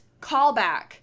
callback